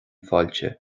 fáilte